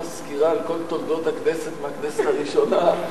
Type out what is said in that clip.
סקירה על כל תולדות הכנסת מהכנסת הראשונה.